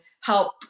help